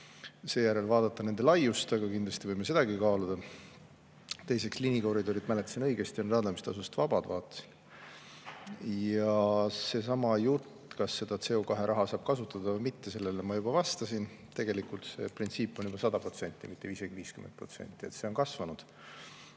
seejärel vaadata nende laiust, kindlasti võime sedagi kaaluda. Teiseks, liinikoridorid, mäletasin õigesti, on raadamistasust vabad, vaatasin. Sellele, kas CO2raha saab kasutada või mitte, ma juba vastasin. Tegelikult see printsiip on juba 100%, mitte isegi 50%, see on kasvanud.